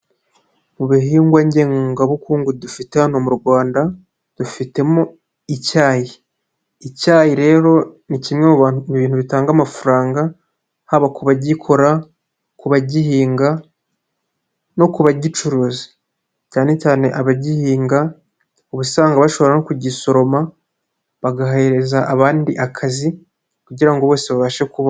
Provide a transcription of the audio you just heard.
Mu bihingwa ngengabukungu dufite hano mu Rwanda dufitemo icyay,i icyayi rero ni kimwe mu bintu bitanga amafaranga haba ku bagikora, ku bagihinga no ku bagicuruza, cyane cyane abagihinga uba usanga bashobora no kugisoroma bagahereza abandi akazi kugira bose babashe kubona.